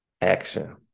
action